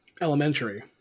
elementary